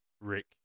Rick